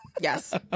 yes